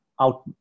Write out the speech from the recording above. out